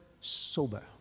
sober